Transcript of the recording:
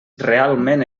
realment